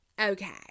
okay